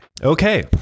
Okay